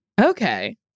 Okay